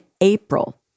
April